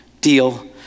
deal